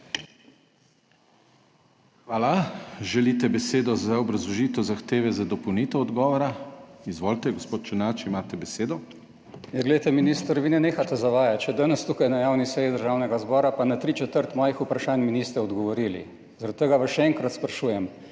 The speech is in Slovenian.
Hvala. Želite besedo za obrazložitev zahteve za dopolnitev odgovora? Izvolite, gospod Černač, imate besedo. **ZVONKO ČERNAČ (PS SDS):** Glejte minister, vi ne nehate zavajati, še danes tukaj na javni seji Državnega zbora. Pa na tri četrtine mojih vprašanj mi niste odgovorili. Zaradi tega vas še enkrat sprašujem: